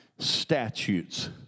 statutes